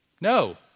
No